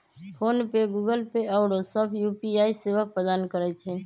PhonePe, Google Pay आउरो सभ UPI सेवा प्रदान करै छै